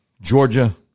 Georgia